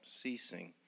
ceasing